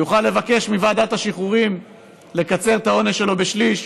הוא יוכל לבקש מוועדת השחרורים לקצר את העונש שלו בשליש,